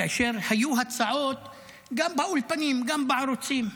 כאשר היו הצעות גם באולפנים גם בערוצים: